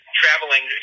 traveling